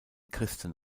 christen